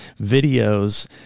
videos